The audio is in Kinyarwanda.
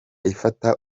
ifata